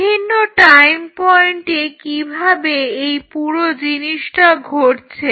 বিভিন্ন টাইম পয়েন্টে কিভাবে এই পুরো জিনিসটা ঘটছে